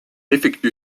effectue